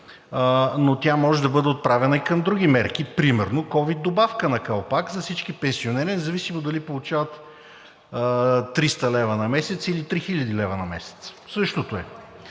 но тя може да бъде отправена и към други мерки, например ковид добавка на калпак за всички пенсионери, независимо дали получават 300 лв. на месец или 3000 лв. на месец – същото е.